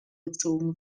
gezogen